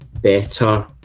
better